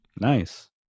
nice